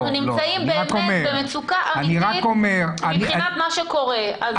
אנחנו נמצאים באמת במצוקה אמיתית מבחינת מה שקורה.